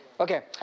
Okay